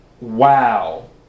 Wow